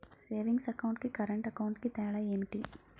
Savings account కి current account కి తేడా ఏమిటి?